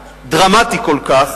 דרמטי כל כך,